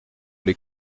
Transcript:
les